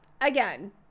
again